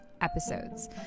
episodes